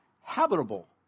habitable